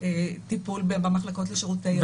טיפול במחלקות לשירותי רווחה.